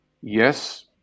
yes